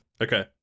okay